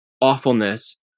awfulness